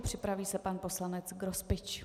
Připraví se pan poslanec Grospič.